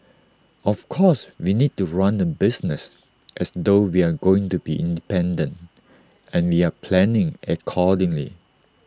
of course we need to run the business as though we're going to be independent and we're planning accordingly